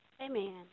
amen